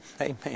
Amen